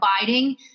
abiding